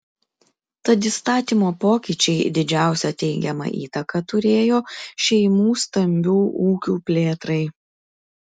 tad įstatymo pokyčiai didžiausią teigiamą įtaką turėjo šeimų stambių ūkių plėtrai